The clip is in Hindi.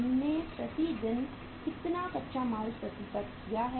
हमने प्रति दिन कितना कच्चा माल प्रतिबद्ध किया है